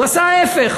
הוא עשה ההפך.